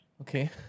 Okay